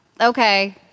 Okay